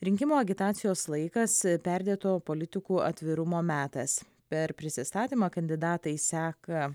rinkimų agitacijos laikas perdėto politikų atvirumo metas per prisistatymą kandidatai seka